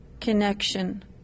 connection